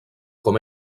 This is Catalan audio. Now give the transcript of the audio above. com